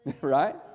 Right